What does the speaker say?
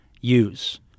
use